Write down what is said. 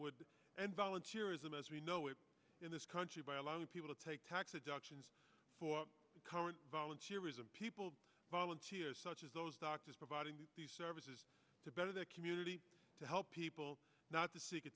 would end volunteerism as we know it in this country by allowing people to take tax adduction current volunteerism people volunteer such as those doctors providing services to better the community to help people not to seek a